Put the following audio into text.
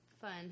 Fun